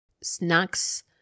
Snacks